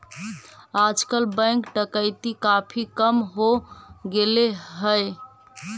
आजकल बैंक डकैती काफी कम हो गेले हई